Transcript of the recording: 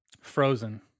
Frozen